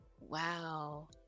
wow